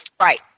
Right